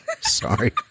Sorry